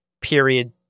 period